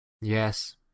Yes